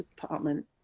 department